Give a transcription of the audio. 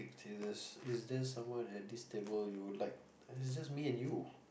Jesus is there someone at this table you would like it's just me and you